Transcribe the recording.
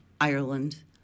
Ireland